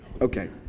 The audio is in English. Okay